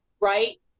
right